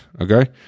okay